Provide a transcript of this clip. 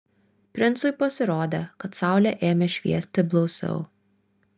princui pasirodė kad saulė ėmė šviesti blausiau